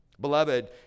beloved